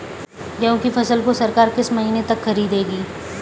गेहूँ की फसल को सरकार किस महीने तक खरीदेगी?